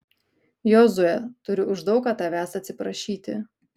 jozue turiu už daug ką tavęs atsiprašyti